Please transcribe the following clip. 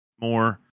more